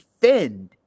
defend